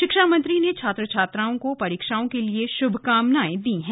शिक्षा मंत्री ने छात्र छात्राओं को परीक्षाओं के लिए श्भकामनाएं दी हैं